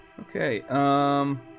Okay